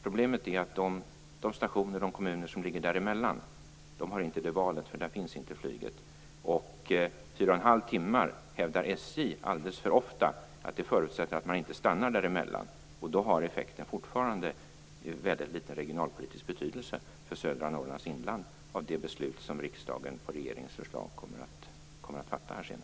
Problemet är att vid de stationer som ligger däremellan har man inte det valet, för där finns inte flyget. Dessutom hävdar SJ, alldeles för ofta, att tiden fyra och en halv timme förutsätter att man inte stannar däremellan, och då har effekten av det beslut som riksdagen på regeringens förslag senare kommer att fatta fortfarande väldigt liten regionalpolitisk betydelse för södra